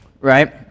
right